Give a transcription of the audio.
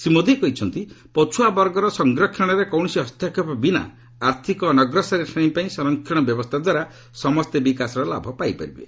ଶ୍ରୀ ମେଦି କହିଛନ୍ତି ପଛୁଆବର୍ଗର ସଂରକ୍ଷଣରେ କୌଣସି ହସ୍ତକ୍ଷେପ ବିନା ଆର୍ଥକ ଅନଗ୍ରସର ଶେଶୀପାଇଁ ସଂରକ୍ଷଣ ବ୍ୟବସ୍ଥାଦ୍ୱାରା ସମସ୍ତେ ବିକାଶର ଲାଭ ପାଇପାରିବେ